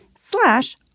slash